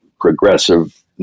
progressive